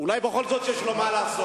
אולי בכל זאת יש לו מה לעשות,